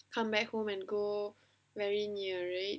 come back home and go very near right